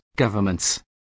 Governments